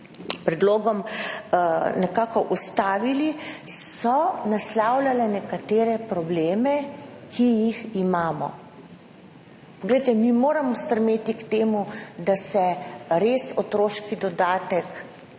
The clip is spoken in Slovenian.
predlogom nekako ustavili, so naslavljale nekatere probleme, ki jih imamo. Moramo stremeti k temu, da se otroški dodatek